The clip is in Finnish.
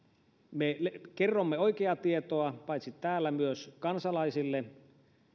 me kerromme oikeaa tietoa täällä paitsi kansalaisille